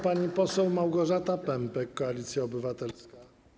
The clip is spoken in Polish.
Pani poseł Małgorzata Pępek, Koalicja Obywatelska.